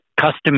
Custom